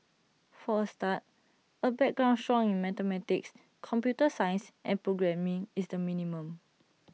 for A start A background strong in mathematics computer science and programming is the minimum